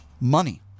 money